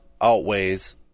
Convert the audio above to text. outweighs